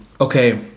okay